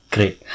Great